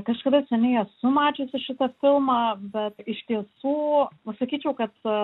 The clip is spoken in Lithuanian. kažkada seniai esu mačiusi šitą filmą bet iš tiesų pasakyčiau kad